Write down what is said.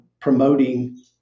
promoting